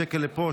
שקל לפה,